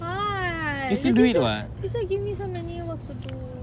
what the teacher teacher give me so many work to do